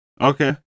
Okay